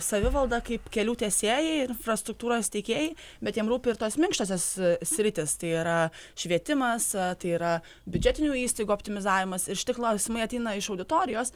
savivalda kaip kelių tiesėjai infrastruktūros teikėjai bet jiem rūpi ir tos minkštosios sritys tai yra švietimas tai yra biudžetinių įstaigų optimizavimas ir šitie klausimai ateina iš auditorijos